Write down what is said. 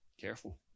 Careful